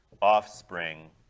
Offspring